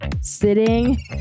sitting